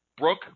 Brooke